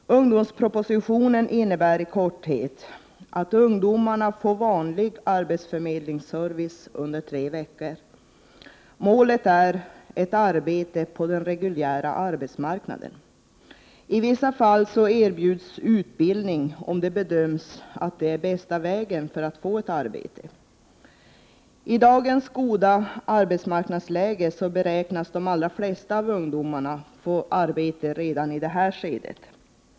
Ungdomspropositionen innebär i korthet följande. Ungdomarna får vanlig arbetsförmedlingsservice under tre veckor. Målet är arbete på den reguljära arbetsmarknaden. I vissa fall erbjuds utbildning, om detta bedöms som den bästa vägen för att få arbete. I dagens goda arbetsmarknadsläge beräknas de allra flesta av ungdomarna att få arbete redan i detta skede.